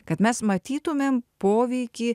kad mes matytumėm poveikį